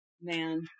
man